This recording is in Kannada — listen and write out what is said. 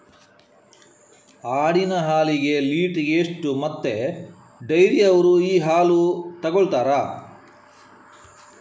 ಆಡಿನ ಹಾಲಿಗೆ ಲೀಟ್ರಿಗೆ ಎಷ್ಟು ಮತ್ತೆ ಡೈರಿಯವ್ರರು ಈ ಹಾಲನ್ನ ತೆಕೊಳ್ತಾರೆ?